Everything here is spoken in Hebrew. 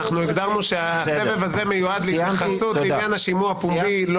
הגדרנו שהסבב הזה מיועד להתייחסות לעניין השימוע הפומבי.